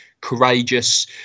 courageous